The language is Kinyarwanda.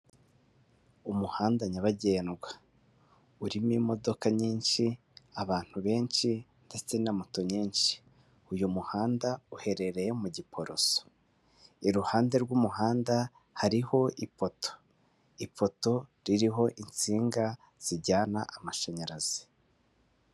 Umuhanda nyabagendwa urimo imodoka nyinshi, abantu benshi ndetse na moto nyinshi, uyu muhanda uherereye mu giporoso, iruhande rw'umuhanda hariho ipoto, ipoto ririho insinga zijyana amashanyarazi.